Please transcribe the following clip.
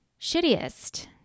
Shittiest